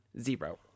zero